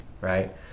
Right